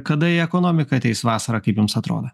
kada į ekonomiką ateis vasara kaip jums atrodo